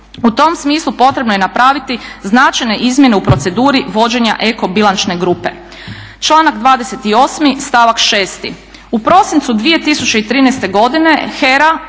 U tom smislu potrebno je napraviti značajne izmjene u proceduri vođenja eko bilančne grupe. Članak 28. stavak 6. U prosincu 2013. godine HERA,